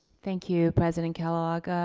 thank you, president kellogg.